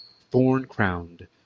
thorn-crowned